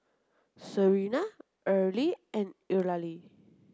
Serina Earlie and Eulalie